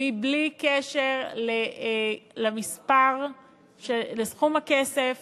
בלי קשר לסכום הכסף